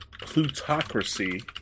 plutocracy